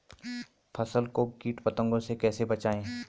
फसल को कीट पतंगों से कैसे बचाएं?